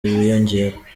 biyongera